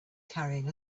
carrying